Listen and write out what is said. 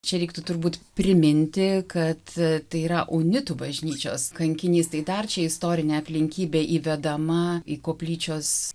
čia reiktų turbūt priminti kad tai yra unitų bažnyčios kankinys tai dar čia istorinė aplinkybė įvedama į koplyčios